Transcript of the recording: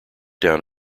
down